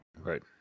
right